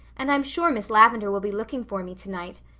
and i'm sure miss lavendar will be looking for me tonight.